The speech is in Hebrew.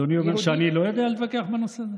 אדוני אומר שאני לא יודע להתווכח בנושא הזה?